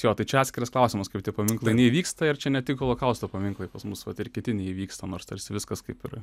jo tai čia atskiras klausimas kaip tie paminklai neįvyksta ir čia ne tik holokausto paminklai pas mus vat ir kiti neįvyksta nors tarsi viskas kaip ir